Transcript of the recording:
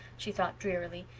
she thought drearily,